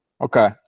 Okay